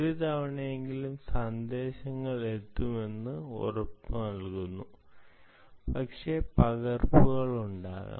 ഒരുതവണയെങ്കിലും സന്ദേശങ്ങൾ എത്തുമെന്ന് ഉറപ്പുനൽകുന്നു പക്ഷേ പകർപ്പുകൾ ഉണ്ടാകാം